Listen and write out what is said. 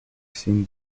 seen